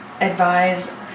advise